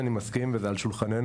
אני מסכים וזה על שולחננו,